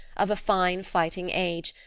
of a fine fighting age,